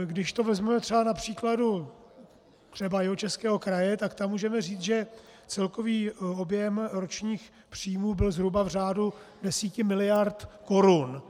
Když to vezmeme třeba na příkladu Jihočeského kraje, tak tam můžeme říct, že celkový objem ročních příjmů byl zhruba v řádu 10 miliard korun.